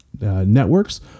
networks